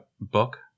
book